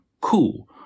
cool